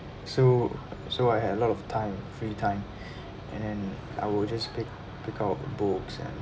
so so I had a lot of time free time and I will just pick pick out books and